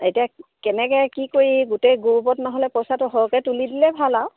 এতিয়া কেনেকৈ কি কৰি গোটেই গ্ৰুপত নহ'লে পইচাটো সৰহকৈ তুলি দিলে ভাল আৰু